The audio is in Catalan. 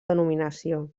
denominació